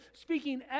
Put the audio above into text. speaking